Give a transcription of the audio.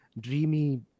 dreamy